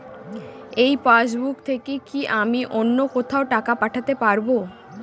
এই পাসবুক থেকে কি আমি অন্য কোথাও টাকা পাঠাতে পারব?